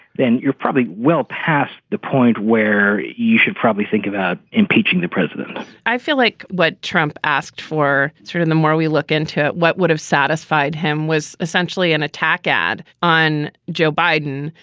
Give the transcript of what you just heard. then you're probably well past the point where you should probably think about impeaching the president i feel like what trump asked for, sort of and the more we look into what would have satisfied him, was essentially an attack ad on joe biden.